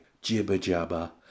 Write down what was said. jibber-jabber